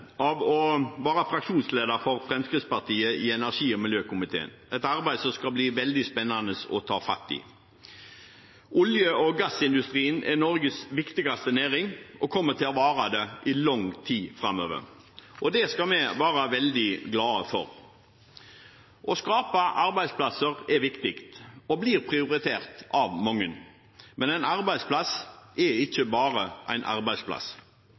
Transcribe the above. å være fraksjonsleder for Fremskrittspartiet i energi- og miljøkomiteen, et arbeid som skal bli veldig spennende å ta fatt på. Olje- og gassindustrien er Norges viktigste næring og kommer til å være det i lang tid framover. Det skal vi være veldig glade for. Å skape arbeidsplasser er viktig og blir prioritert av mange. Men en arbeidsplass er ikke bare en arbeidsplass.